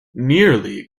nearly